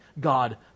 God